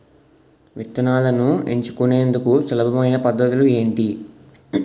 విత్తనాలను ఎంచుకునేందుకు సులభమైన పద్ధతులు ఏంటి?